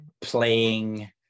playing